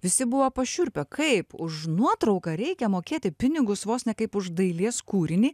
visi buvo pašiurpę kaip už nuotrauką reikia mokėti pinigus vos ne kaip už dailės kūrinį